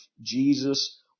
Jesus